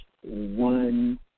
one